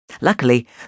luckily